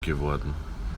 geworden